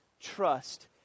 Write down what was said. trust